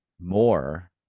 more